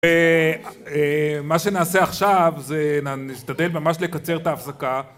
מה שנעשה עכשיו זה נשתדל ממש לקצר את ההפסקה